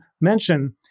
mention